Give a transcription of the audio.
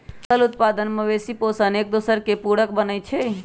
फसल उत्पादन, मवेशि पोशण, एकदोसर के पुरक बनै छइ